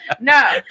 No